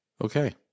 Okay